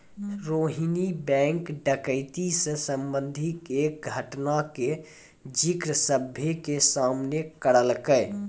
Rohini bank डकैती से संबंधित एक घटना के जिक्र सभ्भे के सामने करलकै